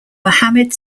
mohammad